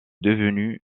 devenue